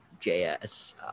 JS